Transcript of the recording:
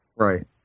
Right